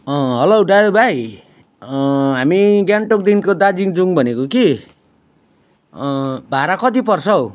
hello driver भाइ हामी गान्तोकदेखिको दार्जिलिङ जाउँ भनेको कि भाडा कति पर्छ हो